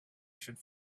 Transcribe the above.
should